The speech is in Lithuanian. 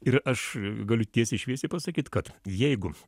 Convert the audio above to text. ir aš galiu tiesiai šviesiai pasakyt kad jeigu